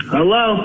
Hello